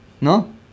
No